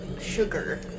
sugar